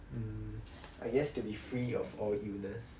mm I guess to be free of all illness